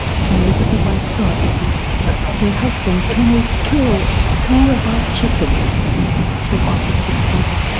so maybe the wife thought dear husband, can we kill three of our chickens to offer to the buddha?